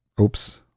oops